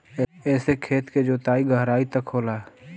एसे खेत के जोताई गहराई तक होला